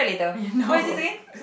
no